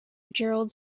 gerald